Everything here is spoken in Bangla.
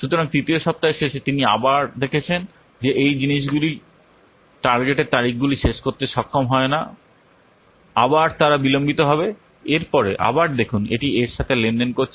সুতরাং তৃতীয় সপ্তাহের শেষে তিনি আবার দেখেছেন যে এই জিনিসটি টার্গেটের তারিখগুলি শেষ করতে সক্ষম হয় না আবার তারা বিলম্বিত হবে এর পরে আবার দেখুন এটি এর সাথে লেনদেন করছে